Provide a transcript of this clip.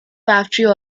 factory